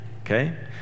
Okay